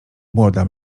młoda